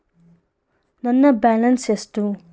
ನನ್ನ ಬ್ಯಾಲೆನ್ಸ್ ಎಷ್ಟು?